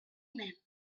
même